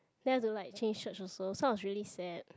then I have to like change church also so I was really sad